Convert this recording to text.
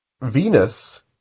Venus